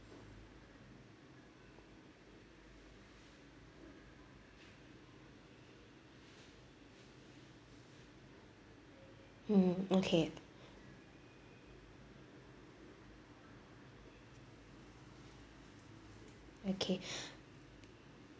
hmm okay okay